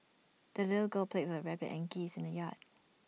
the little girl played with rabbit and geese in the yard